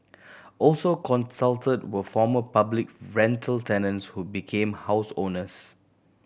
also consulted were former public rental tenants who became house owners